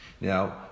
Now